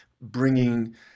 bringing